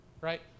right